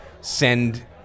send